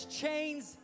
chains